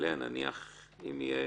אם תהיה